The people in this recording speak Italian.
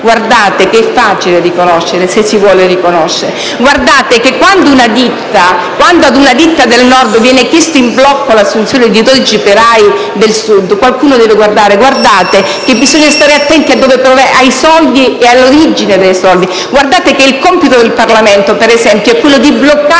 guardate che è facile riconoscere, se si vuole riconoscere. Quando ad una ditta del Nord viene chiesta in blocco l'assunzione di dodici operai del Sud qualcuno deve guardare. Guardate: bisogna stare attenti ai soldi ed all'origine dei soldi. Il compito del Parlamento, ad esempio, è quello di bloccare